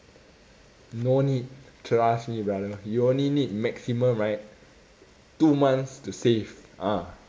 no need trust me brother you only need maximum right two months to save ah